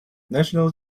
national